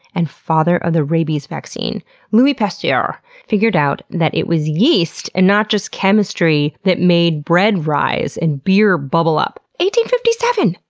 and father of the rabies vaccine louis pasteur figured out that it was yeast and not just chemistry that made bread rise and beer bubble up! fifty seven!